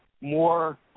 more